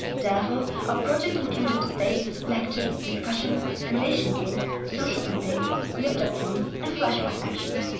therefore our project included debates, lectures, discussions, simulation games, social campaigns, lip dub films and flash mob actions.